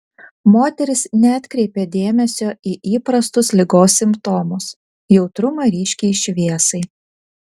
moteris neatkreipė dėmesio į įprastus ligos simptomus jautrumą ryškiai šviesai